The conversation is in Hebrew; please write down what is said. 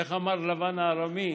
איך אמר לבן הארמי,